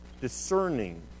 discerning